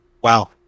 Wow